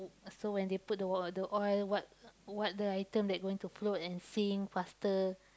so when they put the w~ the oil what what the item that going to float and sink faster